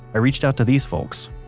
i reached out to these folks,